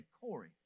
Corey